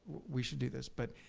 we should do this. but,